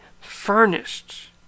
furnished